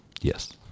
Yes